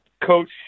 coach